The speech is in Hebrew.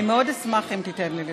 אני מאוד אשמח אם תיתן לי לסיים,